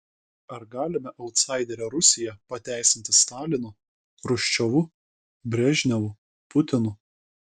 ar galima autsaiderę rusiją pateisinti stalinu chruščiovu brežnevu putinu